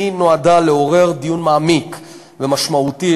נועדה לעורר דיון מעמיק ומשמעותי,